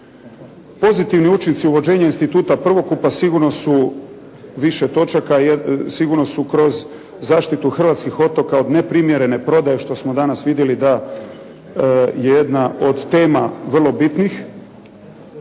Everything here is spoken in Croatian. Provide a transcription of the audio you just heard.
Pozitivni učinci uvođenja instituta prvokupa sigurno su više točaka jer sigurno su kroz zaštitu hrvatskih otoka od neprimjerene prodaje što smo danas vidjeli da jedna od tema vrlo bitnih.